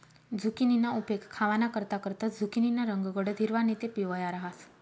झुकिनीना उपेग खावानाकरता करतंस, झुकिनीना रंग गडद हिरवा नैते पिवया रहास